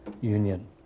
Union